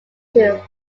heir